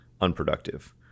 unproductive